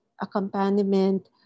accompaniment